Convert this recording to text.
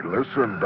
Listen